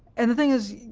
and the thing is,